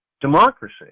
Democracy